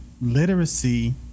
literacy